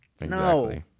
No